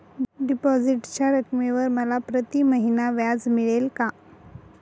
डिपॉझिटच्या रकमेवर मला प्रतिमहिना व्याज मिळेल का?